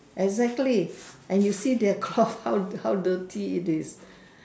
exactly and you see their cloth how how dirty it is